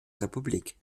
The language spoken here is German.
republik